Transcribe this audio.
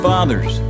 Fathers